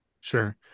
Sure